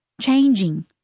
changing